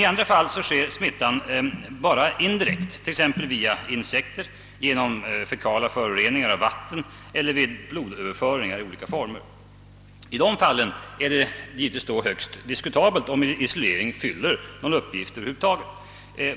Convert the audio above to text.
I andra fall överförs smittan bara indirekt, t.ex. via insekter, genom fekala föroreningar av vatten eller genom blodöverföringar i olika former. I dessa fall är det givetvis högst diskutabelt om en isolering fyller någon uppgift över huvud taget.